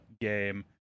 game